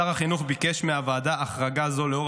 שר החינוך ביקש מהוועדה החרגה זו לאור